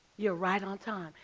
you're right on time.